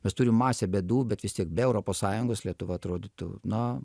mes turim masę bėdų bet vis tiek be europos sąjungos lietuva atrodytų na